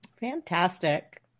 fantastic